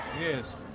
Yes